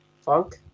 Funk